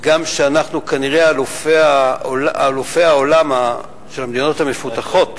בכך שאנחנו כנראה אלופי העולם של המדינות המפותחות,